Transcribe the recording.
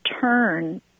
turn